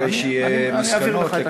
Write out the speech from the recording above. אחרי שיהיו מסקנות אני אעביר לך את התשובות.